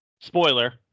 Spoiler